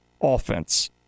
offense